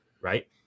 right